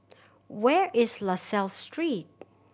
where is La Salle Street